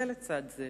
זה לצד זה.